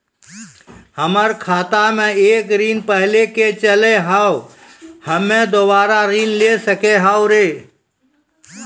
हमर खाता मे एक ऋण पहले के चले हाव हम्मे दोबारा ऋण ले सके हाव हे?